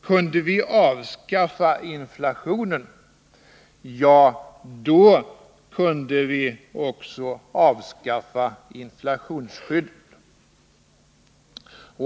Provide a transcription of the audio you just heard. Kunde vi avskaffa inflationen, ja då kunde vi också avskaffa inflationsskyddet.